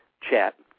chat